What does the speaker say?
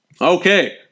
Okay